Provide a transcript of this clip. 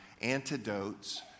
Antidotes